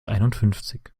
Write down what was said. einundfünfzig